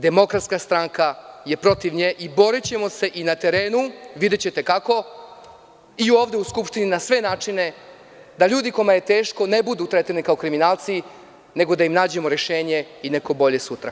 Demokratska stranka je protiv nje i borićemo se na terenu, videćete kako, i ovde u Skupštini na sve načine, da ljudi kojima je teško ne budu tretirani kao kriminalci, nego da im nađemo rešenje i neko bolje sutra.